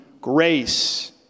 grace